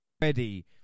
ready